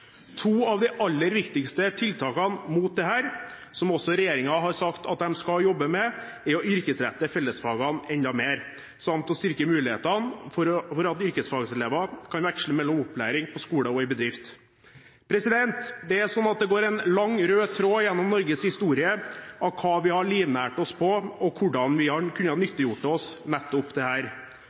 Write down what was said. To av de aller viktigste tiltakene mot dette, som også regjeringen har sagt at de skal jobbe med, er å yrkesrette fellesfagene enda mer samt å styrke mulighetene for at yrkesfagelevene kan veksle mellom opplæring på skole og opplæring i bedrift. Det er slik at det går en lang rød tråd gjennom Norges historie når det gjelder hva vi har livnært oss på, og hvordan vi har kunnet nyttiggjøre oss nettopp